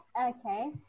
Okay